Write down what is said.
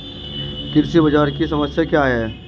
कृषि बाजार की समस्या क्या है?